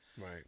Right